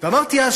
אמרתי אז